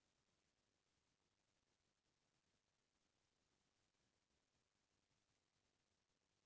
बेमारी म कोनो भी पसु ह बने ढंग ले चारा अउ दाना खाए ल नइ धरय